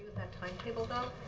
that timetable, though,